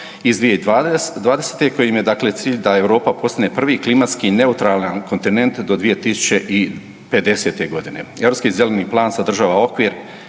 iz 2020., kojim je dakle cilj da Europa postane prvi klimatski neutralan kontinent do 2050. godine. Europski zeleni plan se održava okvir